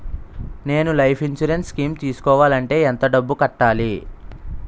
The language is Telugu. నేను లైఫ్ ఇన్సురెన్స్ స్కీం తీసుకోవాలంటే ఎంత డబ్బు కట్టాలి?